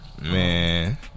Man